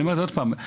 אני אומר עוד פעם,